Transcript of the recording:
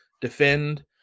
defend